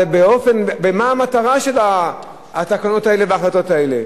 ומה המטרה של התקנות האלה וההחלטות האלה?